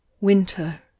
Winter